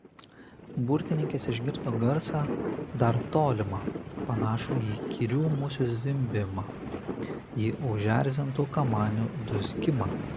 burtininkės išgirdo garsą dar tolimą panašų į įkyrių musių zvimbimą į užerzintų kamanių dūzgimą